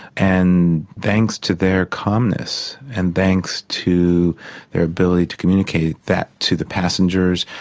and thanks to their calmness and thanks to their ability to communicate that to the passengers,